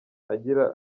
agira